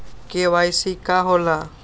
KYC का होला?